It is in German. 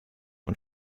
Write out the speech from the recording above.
und